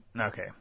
Okay